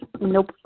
Nope